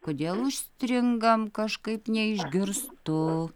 kodėl užstringam kažkaip neišgirstu